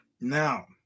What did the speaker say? Now